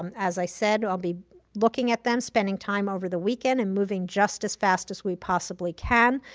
um as i said, i'll be looking at them, spending time over the weekend and moving just as fast as we possibly can.